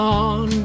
on